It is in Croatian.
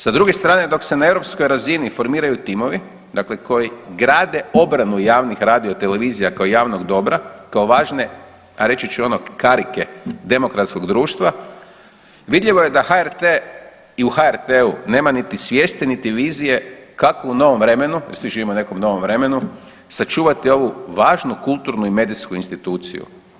Sa druge strane dok se ne europskoj razini formiraju timovi koji grade obranu javnih radio televizija kao javnog dobra kao važne, a reći ću ono karike demokratskog društva vidljivo je da HRT i u HRT-u nema niti svijesti niti vizija kako u novom vremenu jer svi živimo u nekom novom vremenu sačuvati ovu važnu kulturnu i medijsku instituciju.